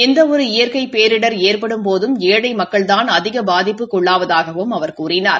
எந்த ஒரு இயற்கை பேரிடர் ஏற்படும்போதும் ஏழை மக்கள்தான் அதிக பாதிப்புக்கு உள்ளாவதாகவும் அவர் கூறினார்